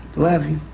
love you.